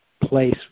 place